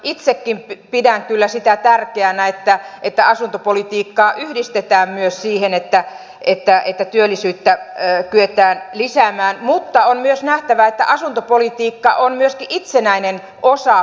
itsekin pidän sitä kyllä tärkeänä että asuntopolitiikkaa yhdistetään myös siihen että työllisyyttä kyetään lisäämään mutta on myös nähtävä että asuntopolitiikka on myös itsenäinen osa politiikkaa